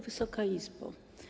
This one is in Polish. Wysoka Izbo!